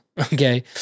Okay